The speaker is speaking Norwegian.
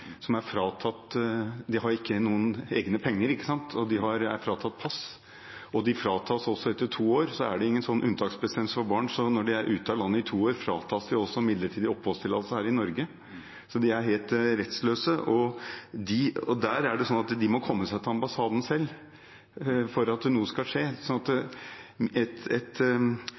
som ikke har noen egne penger, som er fratatt pass, og det er ingen unntaksbestemmelse for barn, så når de er ute av landet i to år, fratas de også midlertidig oppholdstillatelse her i Norge. Så de er helt rettsløse og må komme seg til ambassaden selv for at noe skal skje. Noe jeg mener regjeringen burde se på som en oppfølging, var å skaffe seg bedre oversikt over hvilke barn som oppholder seg i hvilke land, og at